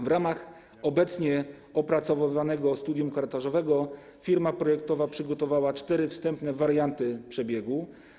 W ramach obecnie opracowywanego studium korytarzowego firma projektowa przygotowała cztery wstępne warianty przebiegu.